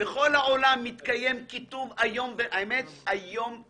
בכל העולם מתקיים כיתוב איום ונורא.